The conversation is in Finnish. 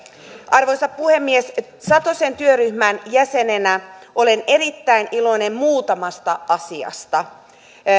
arvoisa puhemies satosen työryhmän jäsenenä olen erittäin iloinen muutamasta asiasta